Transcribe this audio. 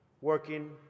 working